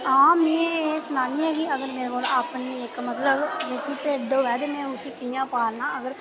आं में एह् सनान्नी आं कि अगर मेरे कोल अपनी जेह्की इक्क भिड्ड होऐ ते कियां पालना अगर